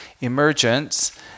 Emergence